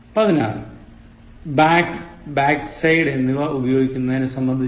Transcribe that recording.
പതിനാറ് back backside എന്നിവ ഉപയോഗിക്കുന്നതിനെ സംബന്ധിച്ചാണ്